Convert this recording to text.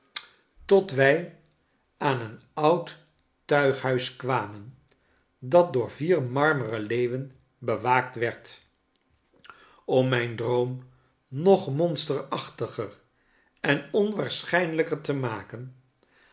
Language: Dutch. tot wij aan een oud tuighuis kwamen dat door vier marmeren leeuwen bewaakt werd om mijn droom nog monsterachtiger en onwaarschijnlijker te maken